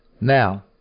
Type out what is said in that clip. Now